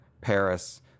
Paris